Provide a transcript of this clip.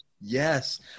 Yes